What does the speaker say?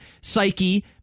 psyche